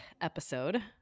episode